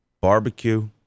barbecue